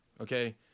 okay